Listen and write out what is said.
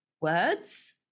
words